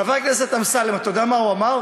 חבר הכנסת אמסלם, אתה יודע מה הוא אמר?